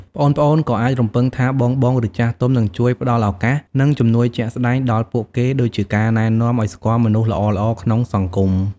ប្អូនៗក៏អាចរំពឹងថាបងៗ ឬចាស់ទុំ នឹងជួយ ផ្ដល់ឱកាស និងជំនួយជាក់ស្ដែងដល់ពួកគេ ដូចជាការណែនាំឱ្យស្គាល់មនុស្សល្អៗក្នុងសង្គម។